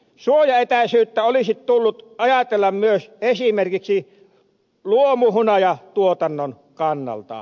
suojaetäisyyttä olisi tullut ajatella myös esimerkiksi luomuhunajatuotannon kannalta